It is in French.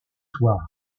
soirs